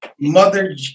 Mother